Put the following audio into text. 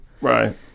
Right